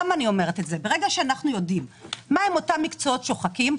ברגע שאנחנו יודעים מה הם אותם מקצועות שוחקים,